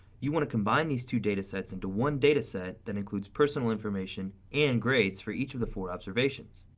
you want to combine these two data sets into one data set that includes personal information and grades for each of the four observations.